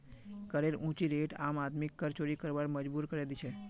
करेर ऊँची रेट आम आदमीक कर चोरी करवार पर मजबूर करे दी छे